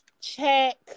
Check